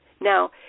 Now